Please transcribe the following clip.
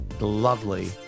lovely